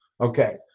Okay